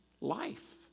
life